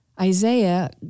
Isaiah